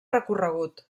recorregut